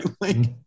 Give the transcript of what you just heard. Right